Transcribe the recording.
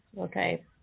Okay